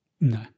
No